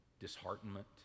disheartenment